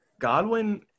Godwin